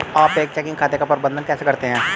आप एक चेकिंग खाते का प्रबंधन कैसे करते हैं?